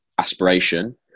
Aspiration